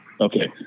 Okay